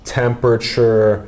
temperature